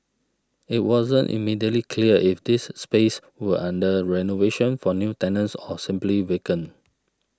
it wasn't immediately clear if these spaces were under renovation for new tenants or simply vacant